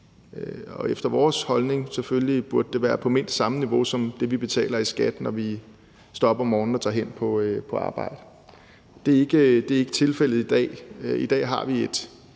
efter vores mening burde det være på mindst samme niveau som det, vi betaler i skat, når vi står op om morgenen og tager hen på arbejde. Det er ikke tilfældet i dag. I dag har vi et